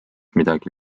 midagi